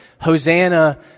Hosanna